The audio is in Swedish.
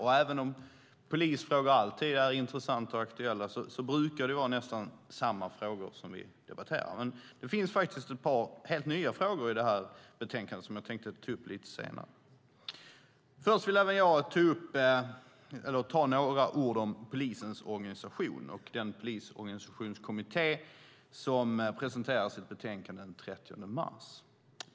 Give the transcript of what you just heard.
Och även om polisfrågor alltid är intressanta och aktuella brukar det nästan alltid vara samma frågor som vi debatterar, men det finns ett par helt nya frågor i betänkandet som jag tänker ta upp lite senare. Först vill jag säga några ord om polisens organisation och den polisorganisationskommitté som presenterar sitt betänkande den 30 mars.